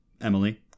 Emily